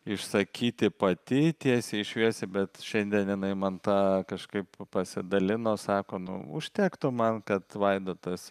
išsakyti pati tiesiai šviesiai bet šiandien jinai man tą kažkaip pasidalino sako nu užtektų man kad vaidotas